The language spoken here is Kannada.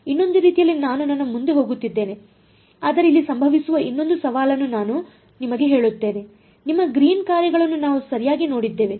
ಇನ್ನೊಂದು ರೀತಿಯಲ್ಲಿ ನಾನು ನನ್ನ ಮುಂದೆ ಹೋಗುತ್ತಿದ್ದೇನೆ ಆದರೆ ಇಲ್ಲಿ ಸಂಭವಿಸುವ ಇನ್ನೊಂದು ಸವಾಲನ್ನು ನಾನು ನಿಮಗೆ ಹೇಳುತ್ತೇನೆ ನಿಮ್ಮ ಗ್ರೀನ್ ಕಾರ್ಯಗಳನ್ನು ನಾವು ಸರಿಯಾಗಿ ನೋಡಿದ್ದೇವೆ